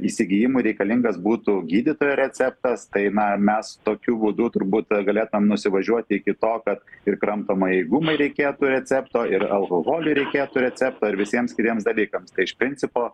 įsigijimui reikalingas būtų gydytojo receptas tai na mes tokiu būdu turbūt galėtumėm nusivažiuoti iki to kad ir kramtomajai gumai reikėtų recepto ir alkoholui reikėtų recepto ir visiems kitiems dalykams tai iš principo